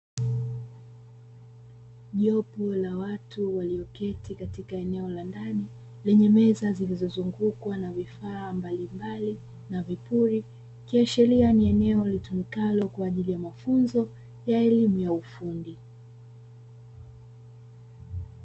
Jopo la watu walioketi katika eneo la ndani yenye meza iliyozungukwa na vifaa mbalimbali na vipuli, ikiashiria ni eneo litumikalo kwa ajili ya mafunzo ya elimu ya ufundi.